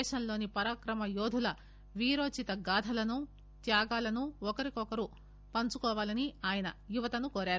దేశంలోని పరాక్రమ యోధుల వీరోచిత గాథలను త్యాగాలను ఒకరికొకరు పంచుకోవాలని ఆయన యువతను కోరారు